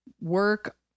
work